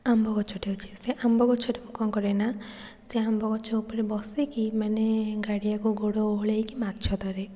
ଆମ୍ବ ଗଛଟେ ଅଛି ସେ ଆମ୍ବ ଗଛଟାକୁ କ'ଣ କରେ ନାଁ ସେ ଆମ୍ବ ଗଛ ଉପରେ ବସିକି ମାନେ ଗାଡ଼ିଆକୁ ଗୋଡ଼ ଓହ୍ଲେଇକି ମାଛ ଧରେ